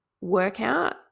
workout